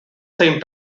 same